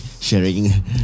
sharing